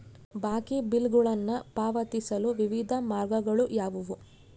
ಬಾಕಿ ಬಿಲ್ಗಳನ್ನು ಪಾವತಿಸಲು ವಿವಿಧ ಮಾರ್ಗಗಳು ಯಾವುವು?